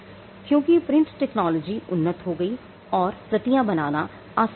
क्योंकि print technology उन्नत हो गई और प्रतियां बनाना आसान हो गया